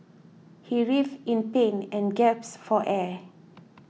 he writhed in pain and gasped for air